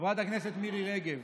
חברת הכנסת מירי רגב,